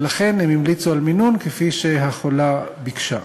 ולכן הם המליצו על מינון כפי שהחולה ביקשה.